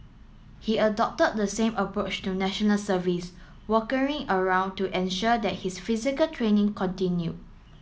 he adopted the same approach to National Service around to ensure that his physical training continued